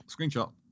screenshot